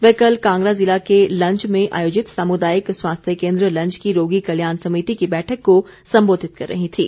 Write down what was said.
वह कल कांगड़ा ज़िला के लंज में आयोजित सामुदायिक स्वास्थ्य केन्द्र लंज की रोगी कल्याण समिति की बैठक को संबोधित कर रही थीं